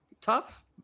tough